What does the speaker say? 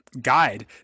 guide